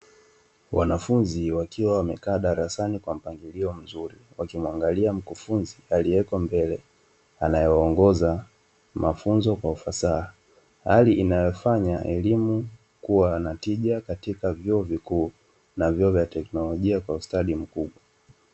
Wanafunzi wakiwa wamekaa darasani kwa mpangilio mzuri. Wakimwangalia mkufunzi aliyeko mbele; akiwaongoza mafunzo kwa ufasaha. Hali inayofanya elimu kua na tija katika vyuo vikuu na katika vyuo vya teknolojia kwa ustadi mkuu.